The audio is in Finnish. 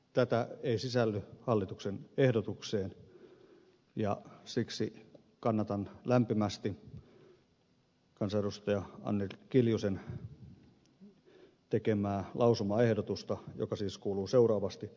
tätä ei sisälly hallituksen ehdotukseen ja siksi kannatan lämpimästi kansanedustaja anneli kiljusen tekemää lausumaehdotusta joka siis kuuluu seuraavasti